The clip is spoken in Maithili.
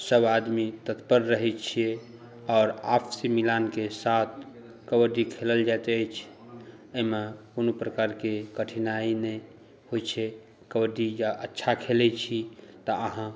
सब आदमी तत्पर रहै छिए आओर आपसी मिलानके साथ कबड्डी खेलल जाइत अछि एहिमे कोनो प्रकारके कठिनाइ नहि होइ छै कबड्डी जँ अच्छा खेलै छी तऽ अहाँ